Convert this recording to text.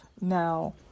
now